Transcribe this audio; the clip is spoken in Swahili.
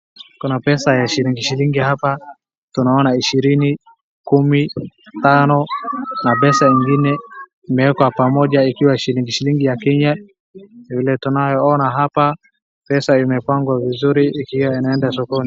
Kuna pesa ya shilingi shilingi hapa. Tunaona ishirini, kumi, tano na pesa ingine imewekwa pamoja ikiwa shilingi shilingi ya Kenya vile tunaona hapa pesa imepangwa vizuri ikiwa inaenda sokoni.